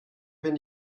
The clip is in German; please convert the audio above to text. bin